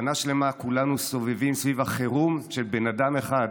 שנה שלמה כולנו סובבים סביב החירום של בן אדם אחד,